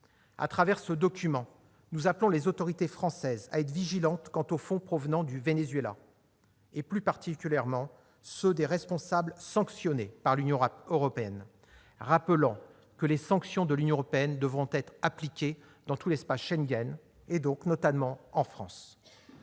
À travers ce document, nous appelons les autorités françaises à être vigilantes quant aux fonds provenant du Venezuela et, plus particulièrement, ceux des responsables sanctionnés par l'Union européenne, rappelant que les sanctions prises par cette dernière devront être appliquées dans tout l'espace Schengen, et donc en France.